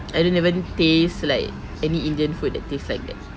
I didn't even taste like any indian food that taste like that